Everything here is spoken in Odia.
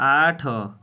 ଆଠ